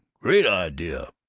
great idea!